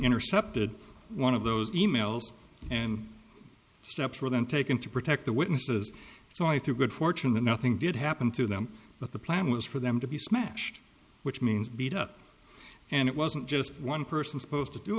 intercepted one of those e mails and steps were then taken to protect the witnesses so i through good fortune that nothing did happen to them but the plan was for them to be smashed which means beat up and it wasn't just one person supposed to do